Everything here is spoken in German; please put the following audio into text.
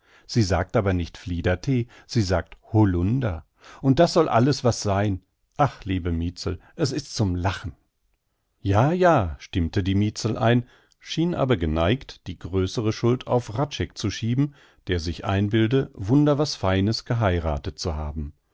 sie sagt aber nicht fliederthee sie sagt hollunder und das soll denn was sein ach liebe mietzel es ist zum lachen ja ja stimmte die mietzel ein schien aber geneigt die größere schuld auf hradscheck zu schieben der sich einbilde wunder was feines geheirathet zu haben